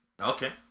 Okay